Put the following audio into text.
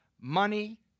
Money